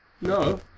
no